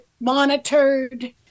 monitored